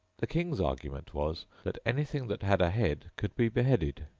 the king's argument was, that anything that had a head could be beheaded,